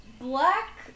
black